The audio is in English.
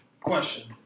Question